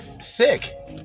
Sick